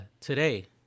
today